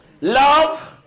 love